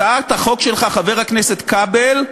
הצעת החוק שלך, חבר הכנסת כבל,